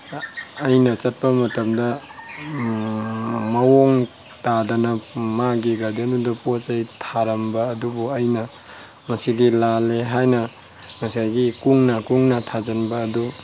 ꯑꯩꯅ ꯆꯠꯄ ꯃꯇꯝꯗ ꯃꯑꯣꯡ ꯇꯥꯗꯅ ꯃꯥꯒꯤ ꯒꯥꯔꯗꯦꯟꯗꯨꯗ ꯄꯣꯠ ꯆꯩ ꯊꯥꯔꯝꯕ ꯑꯗꯨꯕꯨ ꯑꯩꯅ ꯉꯁꯤꯗꯤ ꯂꯥꯜꯂꯦ ꯍꯥꯏꯅ ꯉꯁꯥꯏꯒꯤ ꯀꯨꯡꯅ ꯀꯨꯡꯅ ꯊꯥꯖꯤꯟꯕ ꯑꯗꯨ